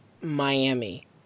Miami